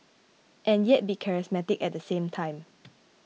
and yet be charismatic at the same time